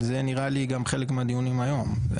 זה נראה לי גם חלק מהדיונים היום.